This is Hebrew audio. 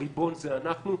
הריבון זה אנחנו,